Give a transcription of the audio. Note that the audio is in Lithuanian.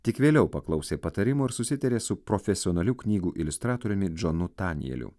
tik vėliau paklausė patarimo ir susitarė su profesionaliu knygų iliustratoriumi džonu tanjieliu